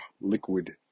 liquid